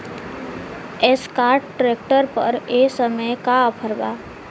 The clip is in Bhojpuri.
एस्कार्ट ट्रैक्टर पर ए समय का ऑफ़र बा?